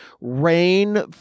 rain